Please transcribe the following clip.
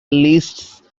lists